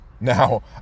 Now